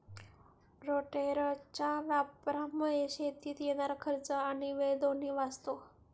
रोटेटरच्या वापरामुळे शेतीत येणारा खर्च आणि वेळ दोन्ही वाचतो